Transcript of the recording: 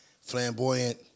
flamboyant